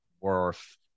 worth